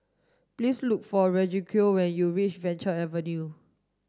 please look for Refugio when you reach Venture Avenue